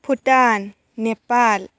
Bhutan Nepal